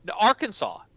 Arkansas